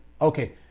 okay